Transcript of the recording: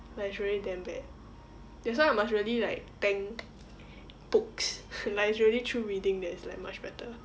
like it's really damn bad that's why I must really like thank books like it's really through reading that it's like much better